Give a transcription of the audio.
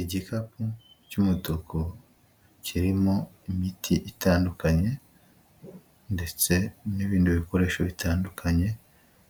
Igikapu cy'umutuku kirimo imiti itandukanye ndetse n'ibindi bikoresho bitandukanye,